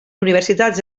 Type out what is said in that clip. universitats